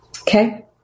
Okay